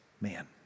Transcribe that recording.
man